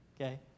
okay